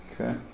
Okay